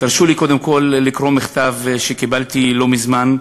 תרשו לי קודם כול לקרוא מכתב שקיבלתי לא מזמן,